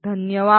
धन्यवाद